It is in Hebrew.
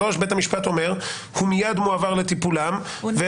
שלוש שנים.